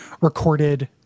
recorded